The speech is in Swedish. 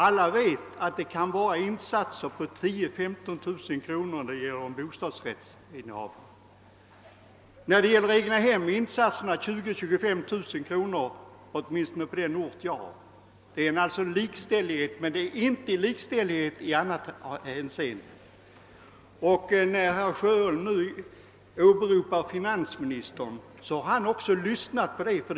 Alla vet att det kan bli fråga om insatser på 10000 å 15000 kronor för en bostadsrättsinnehavare. För egnahem är insatserna 20000 å 25 000 kronor, åtminstone på den ort där jag bor. Det är alltså likställighet i huvudsak beträffande kapitalinsatsen, men det är inte någon likställighet i annat hänseende. Med anledning av att herr Sjöholm åberopar finansministern vill jag säga, att också finansministern har lyssnat till detta krav.